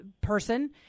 person